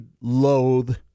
loathe